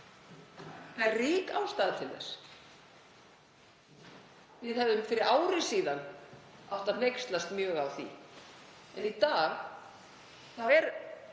Það er rík ástæða til þess. Við hefðum fyrir ári síðan hneykslast mjög á því en í dag er